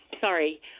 Sorry